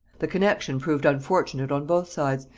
the connexion proved unfortunate on both sides,